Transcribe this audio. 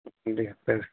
جی پھر